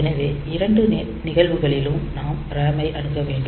எனவே இரண்டு நிகழ்வுகளிலும் நாம் RAM ஐ அணுக வேண்டும்